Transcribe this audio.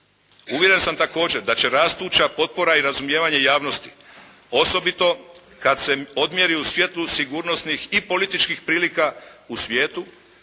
Uvjeren sam također da će rastuća potpora i razumijevanje javnosti osobito kad se odmjeri u svjetlu sigurnosnih i političkih prilika u svijetu